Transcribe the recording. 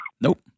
Nope